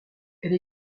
elle